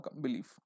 belief